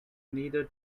neither